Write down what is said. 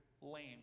lame